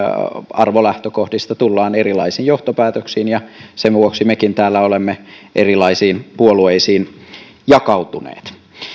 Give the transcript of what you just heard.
arvolähtökohdista tullaan erilaisiin johtopäätöksiin ja sen vuoksi mekin täällä olemme erilaisiin puolueisiin jakautuneet